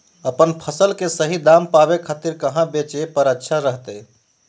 अपन फसल के सही दाम पावे खातिर कहां बेचे पर अच्छा रहतय?